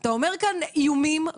אתה אומר כאן איומים.